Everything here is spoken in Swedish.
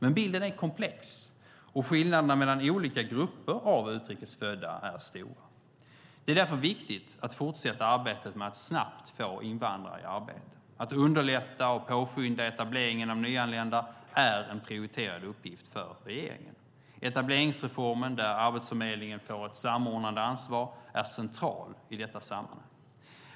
Men bilden är komplex, och skillnaderna mellan olika grupper av utrikes födda är stora. Det är därför viktigt att fortsätta arbetet med att snabbt få invandrare i arbete. Att underlätta och påskynda etableringen av nyanlända är en prioriterad uppgift för regeringen. Etableringsreformen, där Arbetsförmedlingen fått ett samordnande ansvar, är central i detta sammanhang.